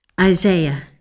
Isaiah